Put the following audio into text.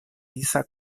disa